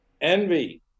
Envy